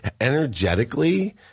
energetically